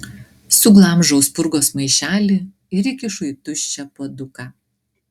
suglamžau spurgos maišelį ir įkišu į tuščią puoduką